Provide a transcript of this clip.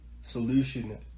solution